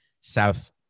South